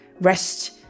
rest